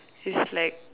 is like